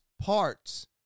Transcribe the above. parts